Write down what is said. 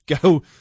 go